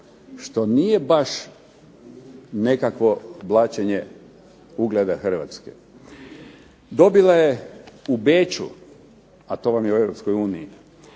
što nije baš nekakvo blaćenje ugleda Hrvatske. Dobila je u Beču, a to vam je u